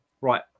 right